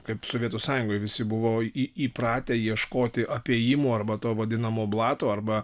kaip sovietų sąjungoj visi buvo į įpratę ieškoti apėjimų arba to vadinamo blato arba